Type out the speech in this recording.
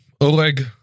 Oleg